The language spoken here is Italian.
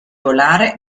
volare